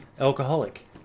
alcoholic